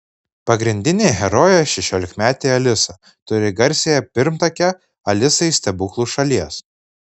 pagrindinė herojė šešiolikmetė alisa turi garsiąją pirmtakę alisą iš stebuklų šalies